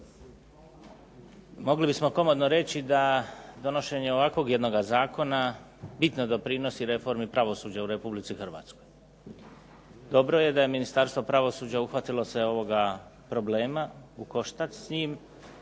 Mogli bismo komotno reći da donošenje ovakvog jednog zakona bitno doprinosi reformi pravosuđa u Republici Hrvatskoj. Dobro je da je Ministarstvo pravosuđa uhvatilo se u koštac s ovim